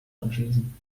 anschließen